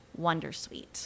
Wondersuite